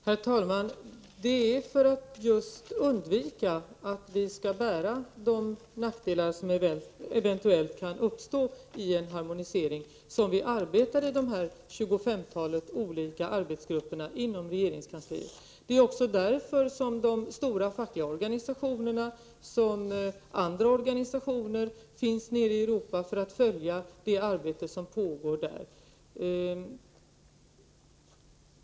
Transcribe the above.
Herr talman! Det är just för att undvika att vi skall bära de nackdelar som eventuellt kan uppstå i en harmonisering som vi har ett tjugofemtal arbetsgrupper inom regeringskansliet. Det är också därför som de stora fackliga organisationerna, och även andra organisationer, finns nere i Europa för att följa det arbete som pågår där.